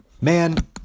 Man